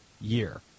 year